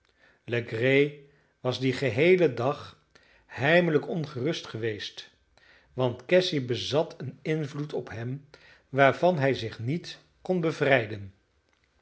legree was dien geheelen dag heimelijk ongerust geweest want cassy bezat een invloed op hem waarvan hij zich niet kon bevrijden